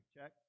Check